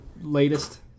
latest